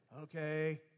Okay